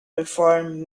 perform